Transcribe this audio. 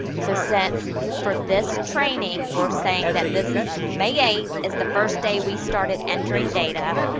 so, since for this training we're saying that this is, may eighth is the first day we started entering data,